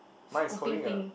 mine is holding a